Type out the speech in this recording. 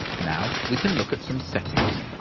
now we can look at some settings.